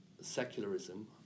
secularism